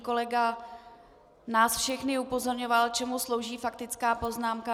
Kolega nás všechny upozorňoval, čemu slouží faktická poznámka.